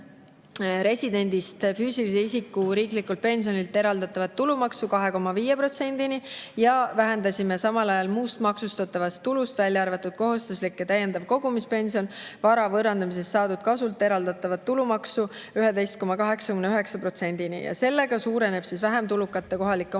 residendist füüsilise isiku riiklikult pensionilt eraldatavat tulumaksu 2,5%‑ni ja vähendasime samal ajal muust maksustatavast tulust, välja arvatud kohustuslik ja täiendav kogumispension, vara võõrandamisest saadud kasult eraldatavat tulumaksu 11,89%‑ni. Sellega suureneb vähem tulukate kohalike omavalitsuste